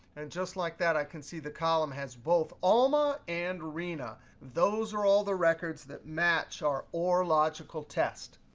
and just like that, i can see the column has both alma and rina. those are all the records that match are or logical test.